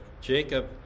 Jacob